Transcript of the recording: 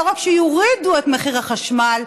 לא רק שיורידו את מחיר החשמל,